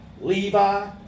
Levi